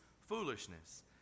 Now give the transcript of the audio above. foolishness